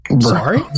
Sorry